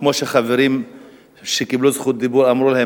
כמו שחברים שקיבלו זכות דיבור אמרו להם